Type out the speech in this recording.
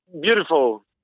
beautiful